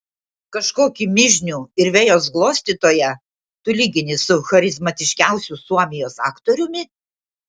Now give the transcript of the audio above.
kažkokį mižnių ir vejos glostytoją tu lygini su charizmatiškiausiu suomijos aktoriumi